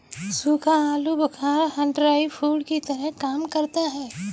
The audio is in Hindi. सूखा आलू बुखारा ड्राई फ्रूट्स की तरह काम करता है